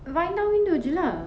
wind down window jer lah